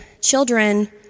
children